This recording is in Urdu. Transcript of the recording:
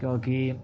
کیونکہ